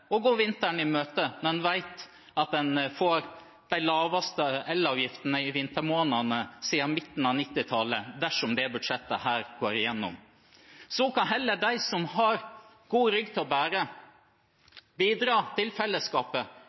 å gå vinteren i møte når en vet at en får de laveste elavgiftene i vintermånedene siden midt på 1990-tallet dersom dette budsjettet går gjennom. Så kan heller de som har god rygg til å bære, bidra til fellesskapet